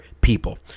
people